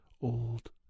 old